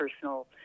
personal